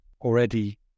already